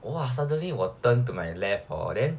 !wah! suddenly 我 turn to my left hor then